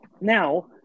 now